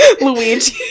Luigi